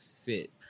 fit